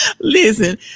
Listen